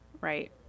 right